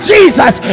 Jesus